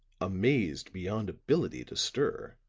amazed beyond ability to stir,